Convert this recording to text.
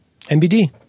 NBD